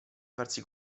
farsi